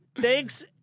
Thanks